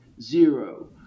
zero